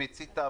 מיצית,